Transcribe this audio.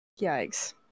Yikes